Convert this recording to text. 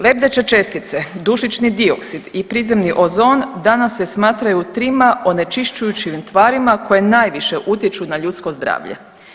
Lebdeće čestice, dušični dioksid i prizemni ozon danas se smatraju trima onečišćujućim tvarima koje najviše utječu na ljudsko zdravlje.